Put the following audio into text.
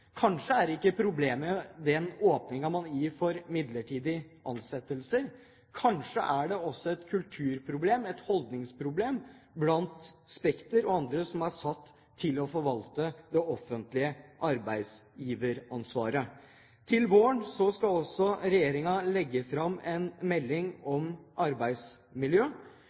Kanskje er ikke problemet den åpningen man gir for midlertidige ansettelser, kanskje er det et kulturproblem – et holdningsproblem – blant Spekter og andre som er satt til å forvalte det offentlige arbeidsgiveransvaret. Til våren skal regjeringen også legge fram en melding om arbeidsmiljø.